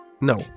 no